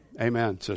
amen